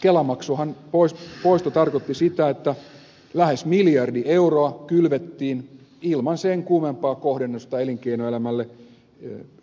kelamaksun poistohan tarkoitti sitä että lähes miljardi euroa kylvettiin ilman sen kummempaa kohdennusta elinkeinoelämälle